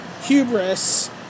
Hubris